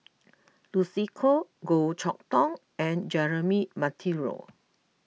Lucy Koh Goh Chok Tong and Jeremy Monteiro